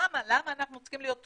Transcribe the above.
למה אנחנו צריכים להיות תקועים?